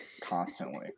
Constantly